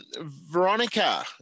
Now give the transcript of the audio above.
Veronica